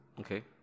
okay